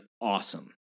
awesome